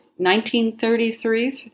1933